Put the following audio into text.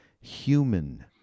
human